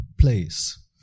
place